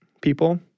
people